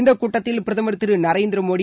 இந்த கூட்டத்தில் பிரதமர் திரு நரேந்திர மோடி